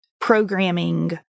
programming